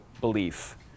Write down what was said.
belief